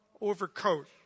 overcoat